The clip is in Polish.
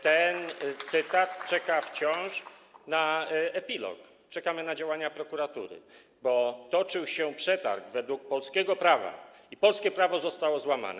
Ten cytat czeka wciąż na epilog, czekamy na działania prokuratury, bo toczył się przetarg według polskiego prawa i polskie prawo zostało złamane.